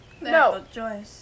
No